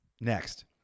Next